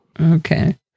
Okay